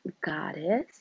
goddess